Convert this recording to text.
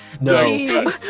No